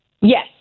Yes